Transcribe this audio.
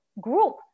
group